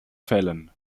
fällen